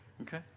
Okay